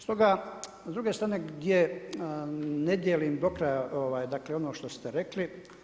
Stoga, s druge strane gdje ne dijelim do kraja ono što ste rekli.